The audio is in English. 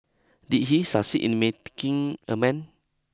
did he succeed in made king amends